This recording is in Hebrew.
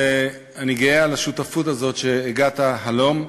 ואני גאה על השותפות הזאת, שהגעת עד הלום.